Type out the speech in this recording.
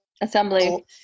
assembly